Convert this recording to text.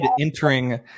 entering